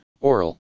oral